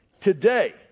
today